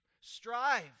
Strive